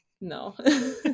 no